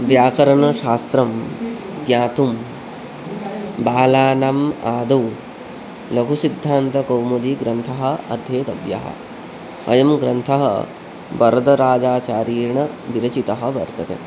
व्याकरणशास्त्रं ज्ञातुं बालानाम् आदौ लघुसिद्धान्तकौमुदीग्रन्थः अध्येतव्यः अयं ग्रन्थः वरदराजाचार्येण विरचितः वर्तते